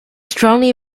strongly